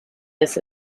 this